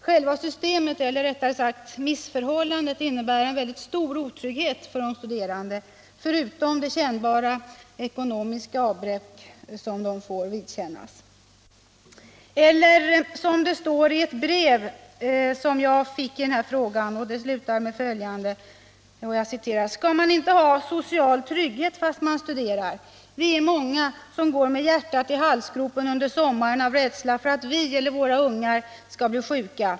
Själva systemet eller rättare sagt missförhållandet innebär en stor otrygghet för de studerande förutom de kännbara ekonomiska avbräck som de får vidkännas. Eller som det står i ett brev som jag fick i den här frågan, som slutar med följande: ”Ska man inte ha social trygghet fast man studerar? Vi är många som går med hjärtat i halsgropen under sommaren av rädsla för att vi eller våra ungar ska bli sjuka.